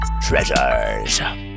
TREASURES